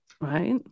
Right